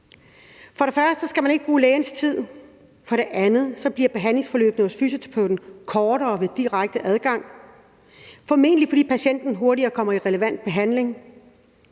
For det første skal man ikke bruge lægens tid. For det andet bliver behandlingsforløbene hos fysioterapeuten kortere ved direkte adgang, formentlig fordi patienten hurtigere kommer i relevant behandling,